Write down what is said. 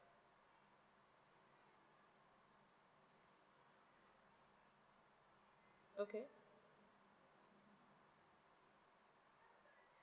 okay